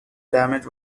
damage